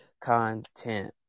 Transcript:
content